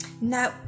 Now